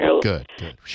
good